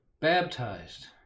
Baptized